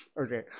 Okay